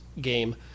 game